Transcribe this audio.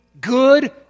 good